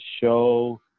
show